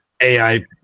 AI